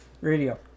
Radio